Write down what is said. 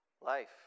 life